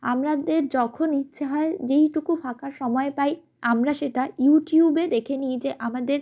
আমরাদের যখন ইচ্ছা হয় যেইটুকু ফাঁকা সময় পাই আমরা সেটা ইউটিউবে দেখে নিই যে আমাদের